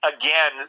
again